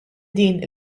din